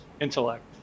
intellect